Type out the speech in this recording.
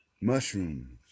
Mushrooms